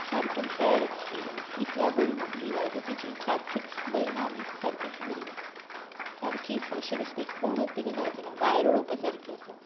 सारकी bad experience इतल्या बरी ना लिवायसाची जीन्स सारकीच बरी ना म्हणजे सारकीच बरी ना अशें दिसता की कोणूच तिका घालची ना भायर उडोवपा सारकी आसा